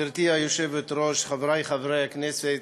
גברתי היושבת-ראש, חברי חברי הכנסת,